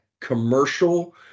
commercial